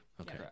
okay